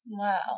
Wow